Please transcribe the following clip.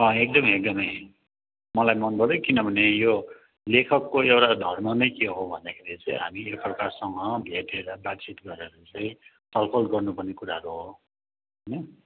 एकदम एकदम मलाई मन पर्यो किनभने यो लेखकको एउटा धर्म नै के हो भन्दाखेरि चाहिँ हामी एक अर्कासँग भेटेर बातचित गरेर चाहिँ छलफल गर्नु पर्ने कुराहरू हो